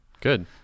Good